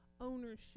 ownership